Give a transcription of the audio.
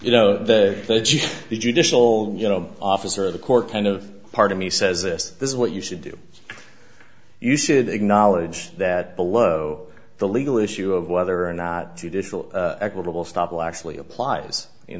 you know that the judicial you know officer of the court kind of part of me says this is what you should do you should acknowledge that below the legal issue of whether or not judicial equitable stoppel actually applies in